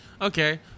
Okay